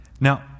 Now